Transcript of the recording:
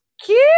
Cute